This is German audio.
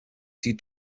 sieht